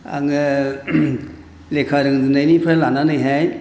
आङो लेखा रोंजेननायनिफ्राय लानानैहाय